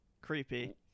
creepy